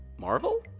marvel?